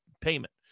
payment